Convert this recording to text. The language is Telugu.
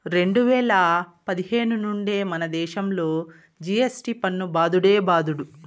రెండు వేల పదిహేను నుండే మనదేశంలో జి.ఎస్.టి పన్ను బాదుడే బాదుడు